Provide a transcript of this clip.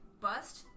bust